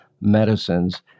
medicines